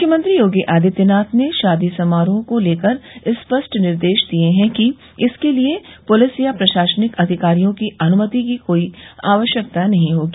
मुख्यमंत्री योगी आदित्यनाथ ने शादी समारोह को लेकर स्पष्ट निर्देश दिये हैं कि इसके लिये पुलिस या प्रशासनिक अधिकारियों की अनुमति की कोई आवश्यकता नहीं होगी